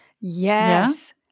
Yes